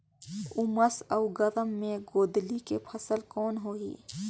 उमस अउ गरम मे गोंदली के फसल कौन होही?